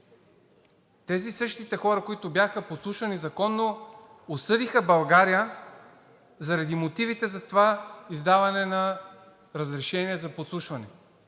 тези същите хора, които бяха подслушвани законно, осъдиха България заради мотивите за това издаване на разрешения за подслушване.